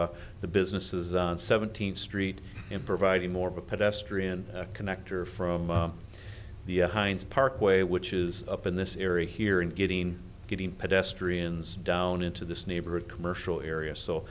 for the businesses seventeenth street and providing more pedestrian connector from the heinz parkway which is up in this area here and getting getting pedestrians down into this neighborhood commercial area so